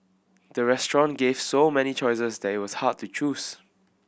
the restaurant gave so many choices that it was hard to choose